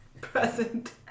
present